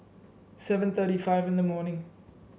seven thirty five in the morning